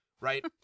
Right